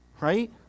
Right